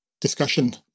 discussion